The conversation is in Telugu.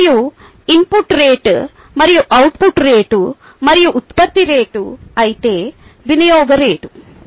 మరియు ఇన్పుట్ రేటు rin మరియు అవుట్పుట్ రేటు rout మరియు ఉత్పత్తి రేటు rgen అయితే వినియోగ రేటు rcon